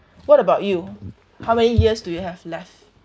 what about you how many years do you have left